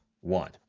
one